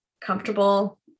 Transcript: comfortable